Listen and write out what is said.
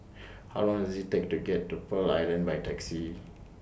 How Long Does IT Take to get to Pearl Island By Taxi